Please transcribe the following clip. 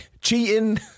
cheating